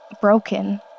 broken